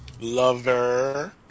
Lover